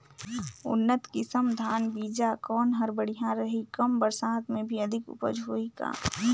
उन्नत किसम धान बीजा कौन हर बढ़िया रही? कम बरसात मे भी अधिक उपज होही का?